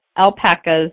alpacas